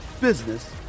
business